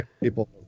people